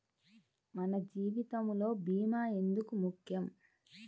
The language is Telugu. మన జీవితములో భీమా ఎందుకు ముఖ్యం?